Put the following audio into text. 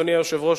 אדוני היושב-ראש,